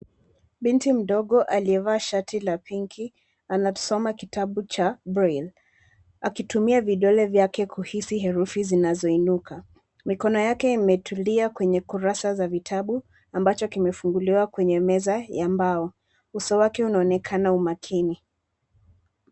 Binti mdogo aliyevaa shati la pinki anasoma kitabu cha braille akitumia vidole vyake kuhisi herufi zinazo inuka. Mikono yake imetulia kwenye kurasa za vitabu ambacho kimefunguliwa kwenye meza ya mbao. Uso wake unaonekana u makini.